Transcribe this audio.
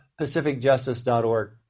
pacificjustice.org